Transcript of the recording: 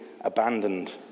abandoned